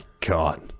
god